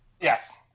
Yes